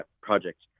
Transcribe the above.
project